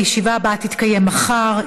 הישיבה הבאה תתקיים מחר,